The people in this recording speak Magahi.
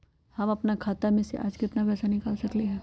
हम अपन खाता में से आज केतना पैसा निकाल सकलि ह?